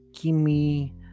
kimi